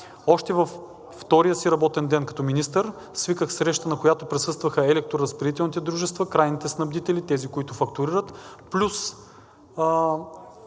Още на втория си работен ден като министър свиках среща, на която присъстваха електроразпределителните дружества, крайните снабдители, тези, които фактурират, плюс